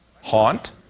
haunt